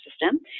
system